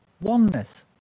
oneness